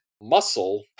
muscle